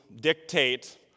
dictate